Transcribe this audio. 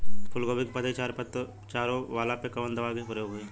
फूलगोभी के पतई चारे वाला पे कवन दवा के प्रयोग होई?